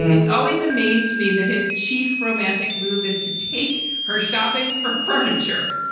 it's always amazed me that his chief romantic move is to take her shopping for furniture.